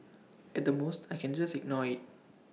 at the most I can just ignore IT